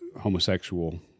homosexual